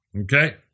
okay